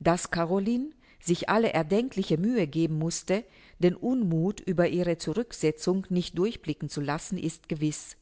daß caroline sich alle erdenkliche mühe geben mußte den unmuth über ihre zurücksetzung nicht durchblicken zu lassen ist gewiß